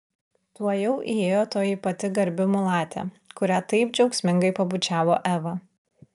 tuojau įėjo toji pati garbi mulatė kurią taip džiaugsmingai pabučiavo eva